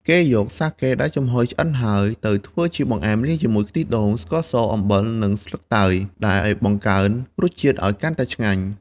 គេយកសាកេដែលចំហុយឆ្អិនហើយ ទៅធ្វើជាបង្អែមលាយជាមួយខ្ទិះដូង ស្ករស អំបិល និងស្លឹកតើយ ដែលបង្កើនរសជាតិឲ្យកាន់តែឆ្ងាញ់។